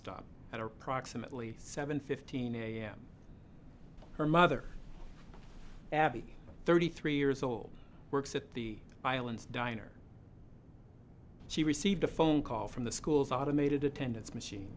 stop at approximately seven fifteen am her mother abby thirty three years old works at the island's diner she received a phone call from the school's automated attendants machine